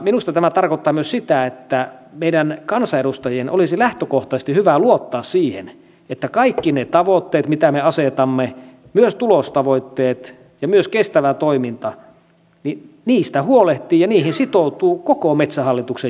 minusta tämä tarkoittaa myös sitä että meidän kansanedustajien olisi lähtökohtaisesti hyvä luottaa siihen että kaikista niistä tavoitteista mitä me asetamme myös tulostavoitteista ja kestävästä toiminnasta huolehtii ja niihin sitoutuu koko metsähallituksen johto